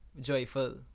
joyful